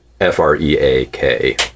F-R-E-A-K